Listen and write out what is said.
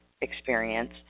experience